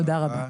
תודה רבה.